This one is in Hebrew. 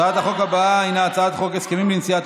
הצעת החוק הבאה היא הצעת חוק הסכמים לנשיאת